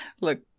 Look